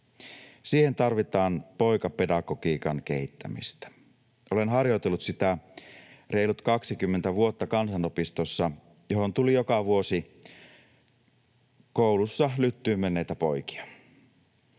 Siihen tarvitaan poikapedagogiikan kehittämistä. Olen harjoitellut sitä reilut 20 vuotta kansanopistossa, johon tuli joka vuosi koulussa lyttyyn menneitä poikia.